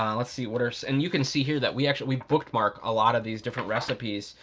um let's see, what are, so and you can see here that we actually, we bookmark a lot of these different recipes,